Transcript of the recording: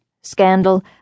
scandal